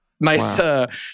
nice